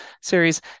series